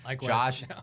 Josh